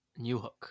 Newhook